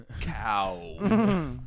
cow